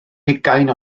hugain